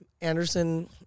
anderson